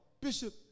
Bishop